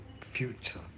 future